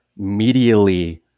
medially